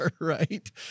Right